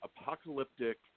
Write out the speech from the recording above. apocalyptic